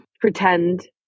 pretend